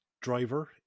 driver